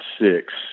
six